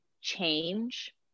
change